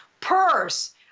purse